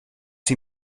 sie